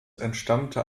entstammte